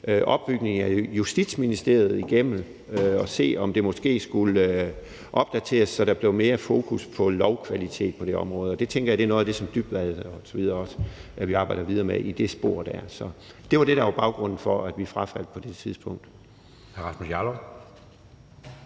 opbygningen af Justitsministeriet igennem og se på, om det måske skulle opdateres, så der blev mere fokus på lovkvalitet på det område, og det tænker jeg er noget af det i forhold til Dybvad osv., som vi arbejder videre med i det spor. Så det var det, der var baggrunden for, at vi frafaldt på det tidspunkt.